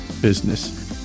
business